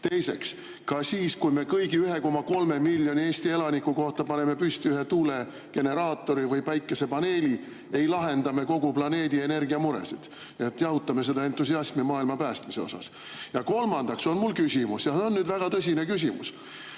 Teiseks, ka siis, kui me kõigi 1,3 miljoni Eesti elaniku kohta paneme püsti ühe tuulegeneraatori või päikesepaneeli, ei lahenda me kogu planeedi energiamuresid. Nii et jahutame seda entusiasmi maailma päästmise koha pealt. Ja kolmandaks on mul küsimus, see on väga tõsine küsimus.